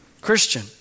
Christian